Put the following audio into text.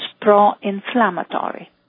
pro-inflammatory